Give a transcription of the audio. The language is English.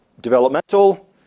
Developmental